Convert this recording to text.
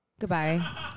Goodbye